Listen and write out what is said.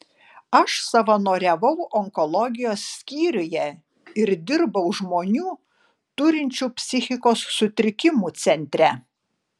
aš savanoriavau onkologijos skyriuje ir dirbau žmonių turinčių psichikos sutrikimų centre